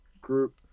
group